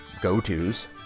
go-tos